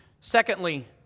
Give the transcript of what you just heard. Secondly